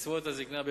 לקצבאות הזיקנה,